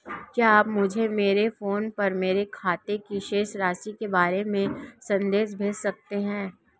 क्या आप मुझे मेरे फ़ोन पर मेरे खाते की शेष राशि के बारे में संदेश भेज सकते हैं?